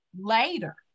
later